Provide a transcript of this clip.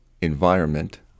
environment